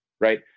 Right